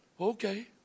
okay